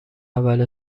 اول